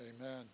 Amen